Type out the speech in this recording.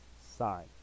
sign